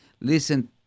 Listen